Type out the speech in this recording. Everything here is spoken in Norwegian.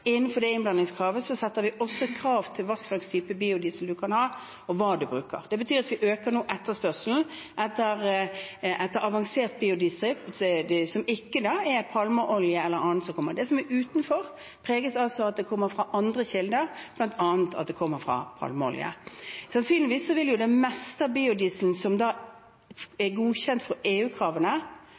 Innenfor det innblandingskravet setter vi også krav til hva slags type biodiesel man kan ha, og hva man bruker. Det betyr at vi nå øker etterspørselen etter avansert biodiesel, som ikke da er palmeolje eller annet som kommer. Det som er utenfor, preges altså av at det kommer fra andre kilder, bl.a. at det kommer fra palmeolje. Sannsynligvis vil det meste av biodieselen som er godkjent etter EU-kravene, være innenfor det vi trenger for